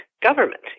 government